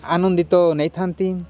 ଆନନ୍ଦିତ ନେଇଥାନ୍ତି